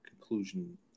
conclusion